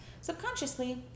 subconsciously